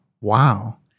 Wow